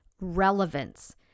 relevance